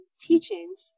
teachings